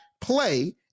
play